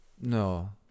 No